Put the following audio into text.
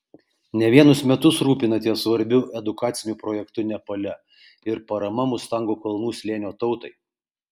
ne vienus metus rūpinatės svarbiu edukaciniu projektu nepale ir parama mustango kalnų slėnio tautai